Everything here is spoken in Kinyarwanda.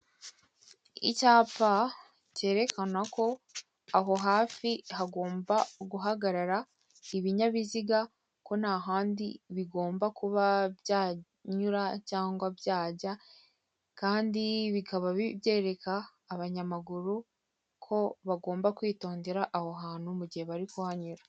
Icyapa cyerekana ko aho hafi hagomba guhagarara ibinyabiziga, ko nta handi bigomba kuba byanyura cyangwa byajya, kandi bikaba byereka abanyamaguru ko bagomba kwitondera aho hantu mu gihe bari guhanyura.